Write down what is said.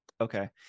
Okay